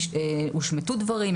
הושמטו דברים,